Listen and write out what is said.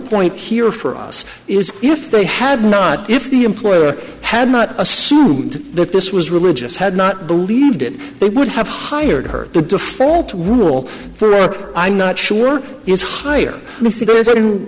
point here for us is if they had not if the employer had not assumed that this was religious had not believed it they would have hired her the default rule for i'm not sure it's higher